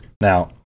Now